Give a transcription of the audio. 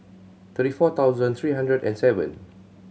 thirty four thousand three hundred and seven